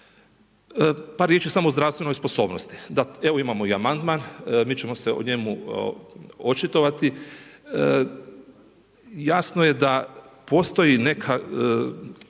Par riječi samo o zdravstvenoj sposobnosti. Da, evo imamo i amandman, mi ćemo se o njemu očitovati. Jasno je da postoji neka